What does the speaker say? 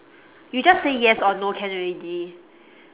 you just say yes or no can already